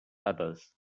others